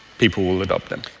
people will adopt them.